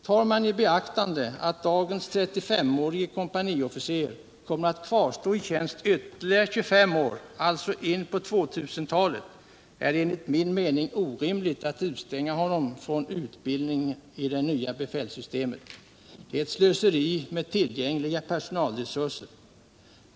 Tar man i beaktande att dagens 35-årige kompaniofficer kommer att kvarstå i tjänst i ytterligare 25 år, alltså in på 2000-talet, är det enligt min mening orimligt att utestänga honom från utbildning i det nya befälssystemet. Det är ett slöseri med tillgängliga personalresurser.